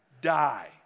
die